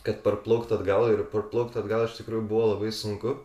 kad parplaukt atgal ir parplaukt atgal iš tikrųjų buvo labai sunku